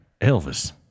Elvis